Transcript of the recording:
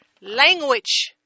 Language